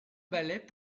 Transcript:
ballet